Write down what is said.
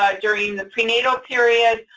ah during the prenatal period,